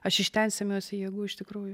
aš iš ten semiuosi jėgų iš tikrųjų